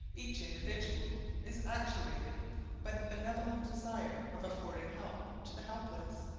each individual is actuated by the benevolent desire of affording help to the helpless,